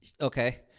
Okay